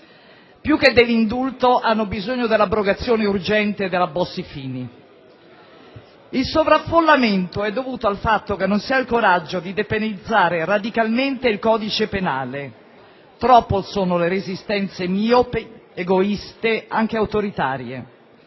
più che dell'indulto hanno bisogno dell'abrogazione urgente della Bossi-Fini. Il sovraffollamento è dovuto al fatto che non si ha il coraggio di depenalizzare radicalmente il codice penale. Troppe sono le resistenze miopi, egoiste, anche autoritarie;